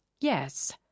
Yes